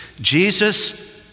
Jesus